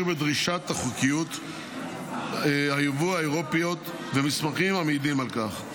בדרישת החוקיות היבוא האירופיות ומסמכים המעידים על כך.